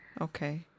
Okay